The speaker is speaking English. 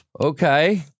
Okay